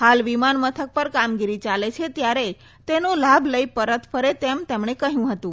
હાલ વિમાન મથક પર કામગીરી ચાલે છે ત્યારે તેનો લાભ લઈ પરત ફરે તેમણે કહ્યું હતું